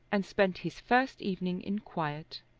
and spent his first evening in quiet.